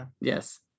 Yes